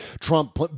Trump